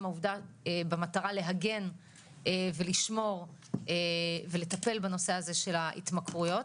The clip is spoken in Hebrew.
העובדה במטרה להגן ולשמור ולטפל בנושא הזה של ההתמכרויות